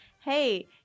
hey